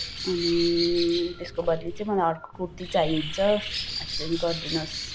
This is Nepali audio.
अनि त्यसको बद्ली चाहिँ मलाई अर्को कुर्ती चाहिन्छ एक्सचेन्ज गरिदिनु होस्